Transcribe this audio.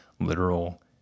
literal